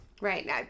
Right